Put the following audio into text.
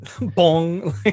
Bong